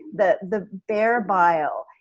the the bear bile,